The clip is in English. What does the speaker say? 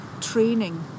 training